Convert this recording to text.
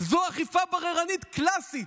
זו אכיפה בררנית קלאסית.